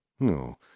No